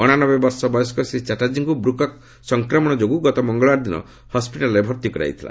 ଅଣାନବେ ବର୍ଷ ବୟସ୍କ ଶ୍ରୀ ଚାଟାର୍ଜୀଙ୍କୁ ବୃକକ୍ ସଂକ୍ରମଣ ଯୋଗୁଁ ଗତ ମଙ୍ଗଳବାର ଦିନ ହସ୍କିଟାଲ୍ରେ ଭର୍ତ୍ତି କରାଯାଇଥିଲା